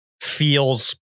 feels